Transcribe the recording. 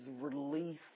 release